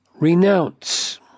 renounce